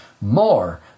more